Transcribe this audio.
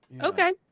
Okay